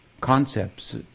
concepts